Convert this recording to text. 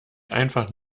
einfach